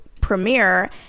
premiere